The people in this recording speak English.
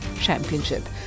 championship